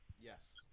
Yes